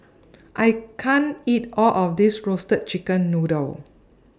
I can't eat All of This Roasted Chicken Noodle